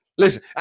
Listen